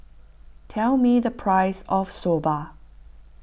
tell me the price of Soba